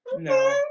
No